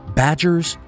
badgers